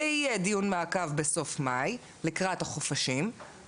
ויהיה דיון מעקב בסוף מאי לקראת החופשים,